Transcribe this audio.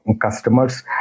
customers